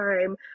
time